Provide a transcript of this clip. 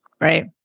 Right